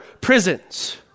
prisons